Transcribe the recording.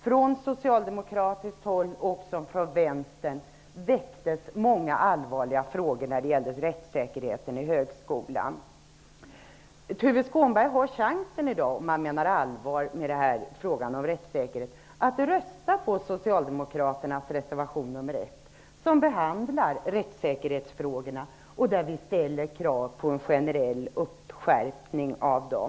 Från socialdemokratiskt håll och också från Vänstern väcktes många allvarliga frågor när det gällde rättssäkerheten i högskolan. Om Tuve Skånberg menar allvar med frågan om rättssäkerhet har han chansen att i dag rösta på socialdemokraternas reservation 1 som behandlar rättssäkerhetsfrågorna och där vi ställer krav på en generell skärpning av dem.